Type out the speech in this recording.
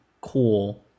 cool